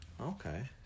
Okay